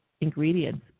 ingredients